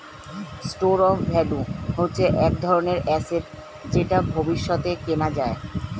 store of value হচ্ছে এক ধরনের অ্যাসেট যেটা ভবিষ্যতে কেনা যায়